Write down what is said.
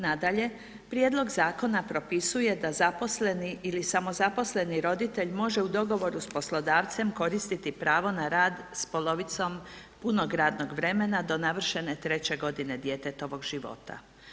Nadalje prijedlog zakona propisuje da zaposleni ili samozaposleni roditelj može u dogovoru sa poslodavcem koristiti pravo na rad s polovicom punog radnog vremena do navršene 3 godine djetetovog života.